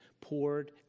poured